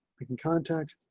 i can contact